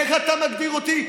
איך אתה מגדיר אותי,